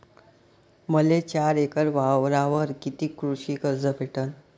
मले चार एकर वावरावर कितीक कृषी कर्ज भेटन?